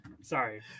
Sorry